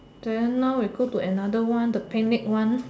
then now we go to another one the picnic one